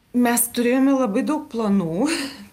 mes turėjome labai daug planų